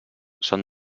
són